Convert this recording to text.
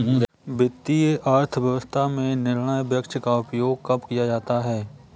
वित्तीय अर्थशास्त्र में निर्णय वृक्ष का उपयोग कब किया जाता है?